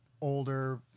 older